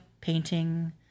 painting